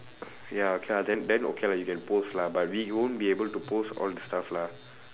ya okay lah then then okay lah you can post lah but we won't be able to post all the stuff lah